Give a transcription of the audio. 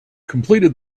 completed